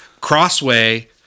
Crossway